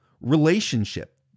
relationship